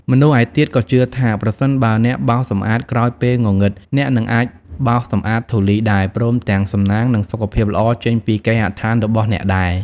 មនុស្សឯទៀតក៏ជឿថា ប្រសិនបើអ្នកបោសសម្អាតក្រោយពេលងងឹត អ្នកអាចនឹងបោសសម្អាតធូលីដែរ ព្រមទាំងសំណាង និងសុខភាពល្អចេញពីគេហដ្ឋានរបស់អ្នកដែរ។